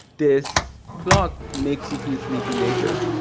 this clock makes you feel sleepy later.